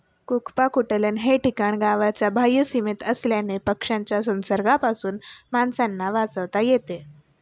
कुक्पाकुटलन हे ठिकाण गावाच्या बाह्य सीमेत असल्याने पक्ष्यांच्या संसर्गापासून माणसांना वाचवता येते